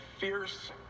fierce